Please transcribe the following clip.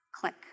Click